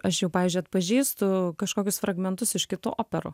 aš jau pavyzdžiui atpažįstu kažkokius fragmentus iš kitų operų